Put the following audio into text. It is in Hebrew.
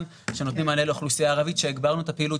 שנותנים מענה לאוכלוסייה הערבית שהגברנו את הפעילות